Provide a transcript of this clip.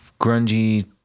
grungy